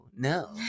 No